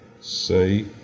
say